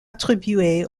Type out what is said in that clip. attribués